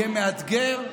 יהיה מאתגר,